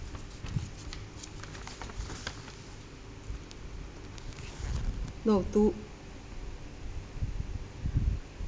no two